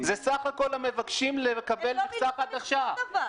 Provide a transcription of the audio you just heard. זה סך הכול המבקשים לקבל מכסה חדשה.